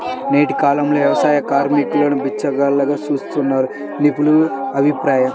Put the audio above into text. నేటి కాలంలో వ్యవసాయ కార్మికులను బిచ్చగాళ్లుగా చూస్తున్నారని నిపుణుల అభిప్రాయం